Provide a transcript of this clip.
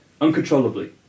Uncontrollably